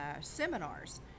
seminars